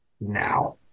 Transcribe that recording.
now